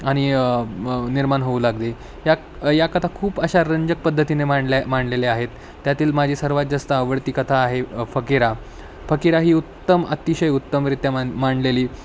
आणि निर्माण होऊ लागली या या कथा खूप अशा रंजक पद्धतीने मांडल्या मांडलेल्या आहेत त्यातील माझी सर्वात जास्त आवडती कथा आहे फकिरा फकिरा ही उत्तम अतिशय उत्तमरित्या मान मांडलेली